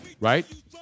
Right